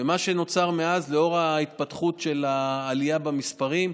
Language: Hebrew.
מה שנוצר מאז, לנוכח ההתפתחות של העלייה במספרים,